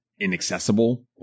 inaccessible